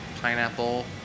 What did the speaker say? pineapple